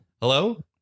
Hello